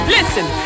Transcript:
Listen